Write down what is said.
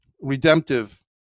redemptive